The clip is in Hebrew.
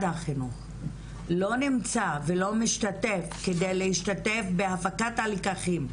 החינוך לא נמצא ולא משתתף כדי להשתתף בהפקת הלקחים,